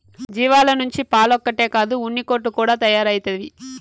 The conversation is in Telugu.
జీవాల నుంచి పాలొక్కటే కాదు ఉన్నికోట్లు కూడా తయారైతవి